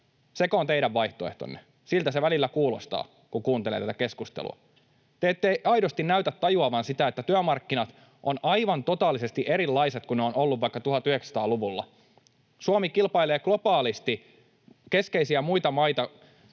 Sekö on teidän vaihtoehtonne? Siltä se välillä kuulostaa, kun kuuntelee tätä keskustelua. Te ette aidosti näytä tajuavan sitä, että työmarkkinat ovat aivan totaalisesti erilaiset kuin ne ovat olleet vaikka 1900-luvulla. Suomi kilpailee globaalisti keskeisten muiden maiden